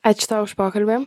ačiū tau už pokalbį